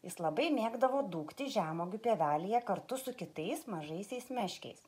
jis labai mėgdavo dūkti žemuogių pievelėje kartu su kitais mažaisiais meškiais